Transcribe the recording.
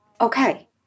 okay